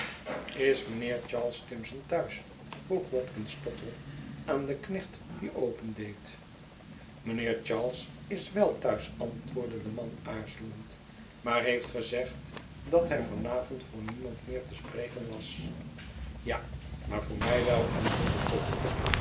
is mijnheer charles timson thuis vroeg watkins tottle aan den knecht die opendeed mijnheer charles is wel thuis antwoordde de man aarzelend maar heeft gezegd dat hij van avond voor niemand meer te spreken was ja maar voor mij wel antwoordde tottle